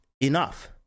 enough